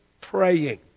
praying